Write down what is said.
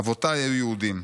"אבותיי היו יהודים,